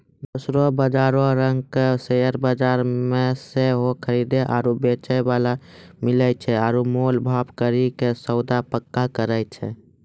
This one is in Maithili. दोसरो बजारो रंगका शेयर बजार मे सेहो खरीदे आरु बेचै बाला मिलै छै आरु मोल भाव करि के सौदा पक्का करै छै